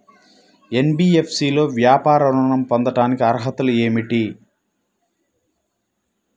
NBFC లో వ్యాపార ఋణం పొందటానికి అర్హతలు ఏమిటీ?